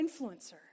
influencer